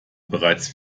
bereits